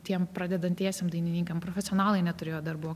tiem pradedantiesiem dainininkam profesionalai neturėjo darbų